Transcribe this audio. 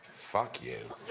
fuck you.